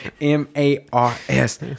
M-A-R-S